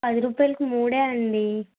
పది రుపాయలకి మూడే అండీ